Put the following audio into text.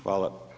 Hvala.